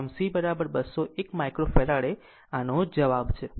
આમ C 201 micro Faraday આનો જવાબ છે